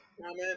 comment